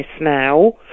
now